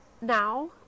now